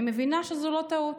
אני מבינה שזו לא טעות.